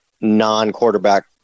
non-quarterback